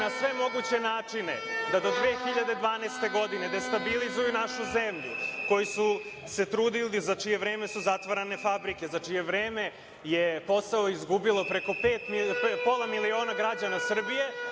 na sve moguće načine, da do 2012. godine, destabilizuju našu zemlju, koji su se trudili i za čije vreme su zatvarane fabrike, za čije vreme je posao izgubilo preko pola miliona građana Srbije